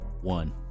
one